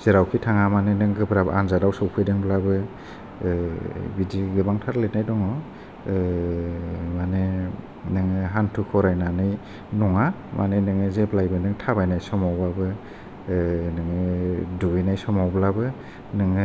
जेरावखि थाङा मानो नों गोब्राब आनजादाव सफैदोंब्लाबो बिदि गोबांथार लिरनाय दङ माने नोङो हानथु खरायनानै नङा माने नोंङो जेब्लायबो नों थाबायनाय समाव बाबो नोङो दुगैनाय समावब्लाबो नोङो